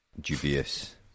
dubious